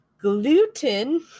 Gluten